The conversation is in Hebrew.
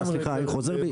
אני חוזר בי,